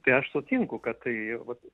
tai aš sutinku kad tai vat